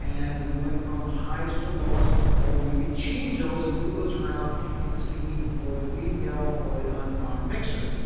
and we went from highest to lowest or we could change those and move those around if it is convenient for the feed mill or the on farm mixer.